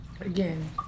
again